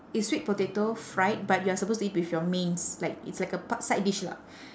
it's sweet potato fried but you are supposed to eat with your mains like it's like a p~ side dish lah